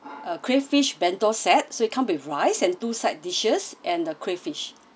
a crayfish bento set so it comes with rice and two side dishes and the crayfish